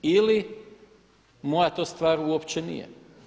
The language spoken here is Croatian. Ili moja to stvar uopće nije.